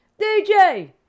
DJ